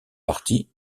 partie